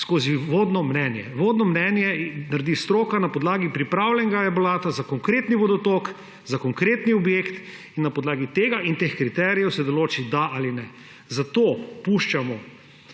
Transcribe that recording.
skozi vodno mnenje. Vodno mnenje naredi stroka na podlagi pripravljenega elaborata za konkretni vodotok, za konkretni objekt in na podlagi tega in teh kriterijev se določi, da ali ne. Zato puščamo